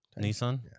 Nissan